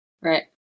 Right